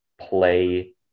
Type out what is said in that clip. play